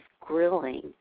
grilling